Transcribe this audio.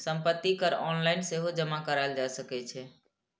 संपत्ति कर ऑनलाइन सेहो जमा कराएल जा सकै छै